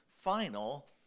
final